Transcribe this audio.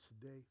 today